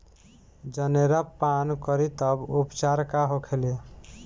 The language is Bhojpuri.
जनेरा पान करी तब उपचार का होखेला?